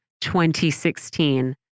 2016